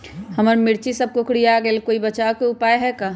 हमर मिर्ची सब कोकररिया गेल कोई बचाव के उपाय है का?